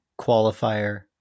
qualifier